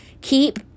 keep